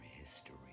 history